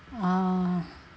oh